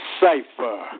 cipher